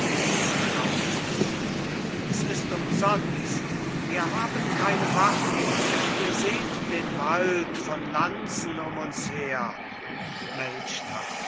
es ist umsonst wir haben keine waffen ihr seht den wald von lanzen um uns her